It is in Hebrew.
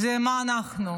זה מה אנחנו.